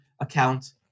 account